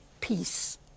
peace